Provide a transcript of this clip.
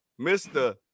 Mr